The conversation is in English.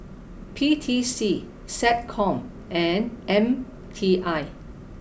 P T C SecCom and M T I